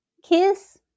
Kiss